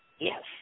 Yes